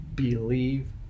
believe